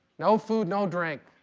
no food, no drink.